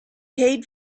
paid